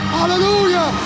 Hallelujah